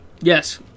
Yes